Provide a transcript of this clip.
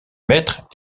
maître